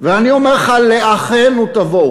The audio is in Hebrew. ואני אומר לך: לאחינו תבואו.